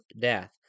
death